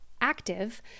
active